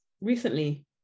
recently